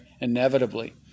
Inevitably